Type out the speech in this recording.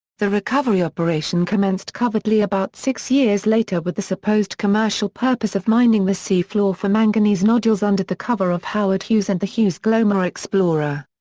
the recovery operation commenced covertly about six years later with the supposed commercial purpose of mining the sea floor for manganese nodules under the cover of howard hughes and the hughes glomar explorer.